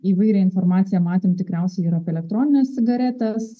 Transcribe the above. įvairią informaciją matėm tikriausiai ir apie elektronines cigaretes